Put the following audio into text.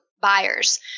buyers